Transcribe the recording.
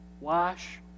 Wash